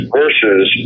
versus